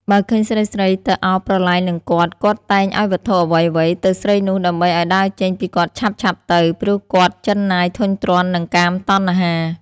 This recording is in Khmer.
បើឃើញស្រីៗ ទៅឱបប្រឡែងនឹងគាត់ៗ តែងឲ្យវត្ថុអ្វីៗទៅស្រីនោះ ដើម្បីឲ្យដើរចេញពីគាត់ឆាប់ៗទៅ ព្រោះគាត់ជិនណាយធុញទ្រាន់នឹងកាមតណ្ហា ។